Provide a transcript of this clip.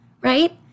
right